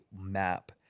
map